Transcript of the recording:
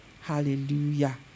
Hallelujah